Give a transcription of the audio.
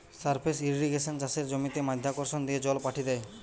surface ইর্রিগেশনে চাষের জমিতে মাধ্যাকর্ষণ দিয়ে জল পাঠি দ্যায়